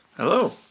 Hello